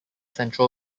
central